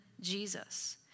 Jesus